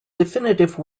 definitive